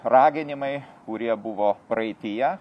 raginimai kurie buvo praeityje